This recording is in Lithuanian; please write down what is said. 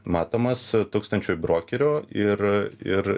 matomas tūkstančiui brokerių ir ir